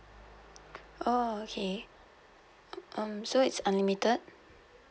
oh okay um so it's unlimited